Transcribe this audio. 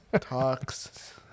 Talks